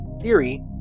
theory